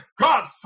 God